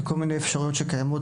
עם כל מיני אפשרויות שקיימות,